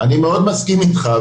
אני מאוד מסכים איתך,